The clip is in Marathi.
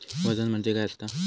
वजन म्हणजे काय असता?